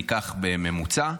ניקח בממוצע.